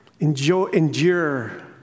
endure